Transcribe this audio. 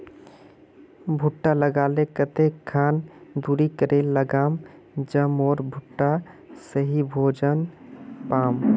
भुट्टा लगा ले कते खान दूरी करे लगाम ज मोर भुट्टा सही भोजन पाम?